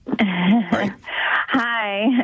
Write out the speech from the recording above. Hi